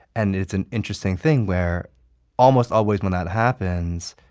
and it's an interesting thing where almost always when that happens,